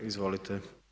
Izvolite.